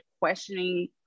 questioning